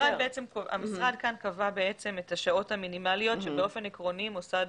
המשרד כאן קבע בעצם את השעות המינימליות שבאופן עקרוני מוסד